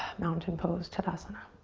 mountain pose, tadasana.